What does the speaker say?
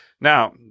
Now